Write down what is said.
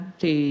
thì